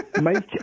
Make